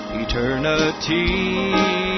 eternity